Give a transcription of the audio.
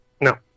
No